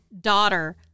daughter